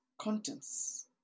contents